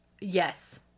Yes